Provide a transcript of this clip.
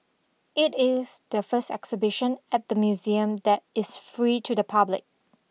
it is the first exhibition at the museum that is free to the public